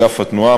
אגף התנועה,